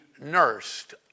nursed